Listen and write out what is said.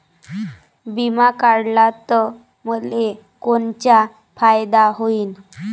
बिमा काढला त मले कोनचा फायदा होईन?